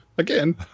Again